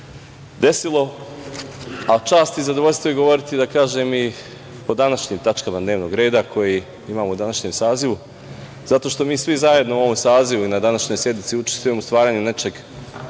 desile, a čast i zadovoljstvo je govoriti i o današnjim tačkama dnevnog reda koji imamo u današnjem sazivu. Zato što mi svi zajedno u ovom sazivu i na današnjoj sednici učestvujemo u stvaranju nečeg